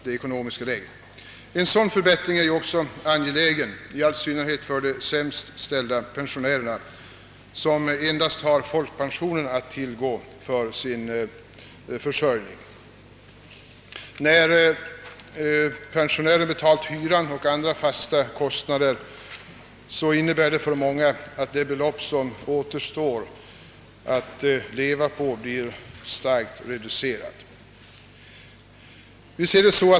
En sådan förbättring är ju också angelägen i synnerhet för de sämst ställda pensionärerna, som endast har folkpensionen att tillgå för sin försörjning. När pensionären har betalat hyra och andra fasta kostnader innebär det för många att det belopp, som återstår att leva på, blir starkt reducerat.